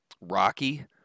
Rocky